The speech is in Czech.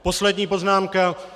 Poslední poznámka.